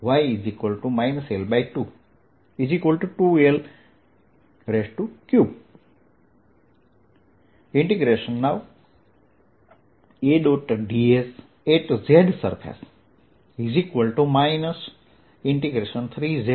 ds|y direction2ydxdz|yL2 2ydxdz|y L22L3 A